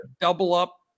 double-up